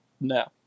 No